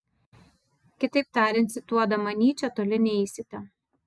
kitaip tariant cituodama nyčę toli neisite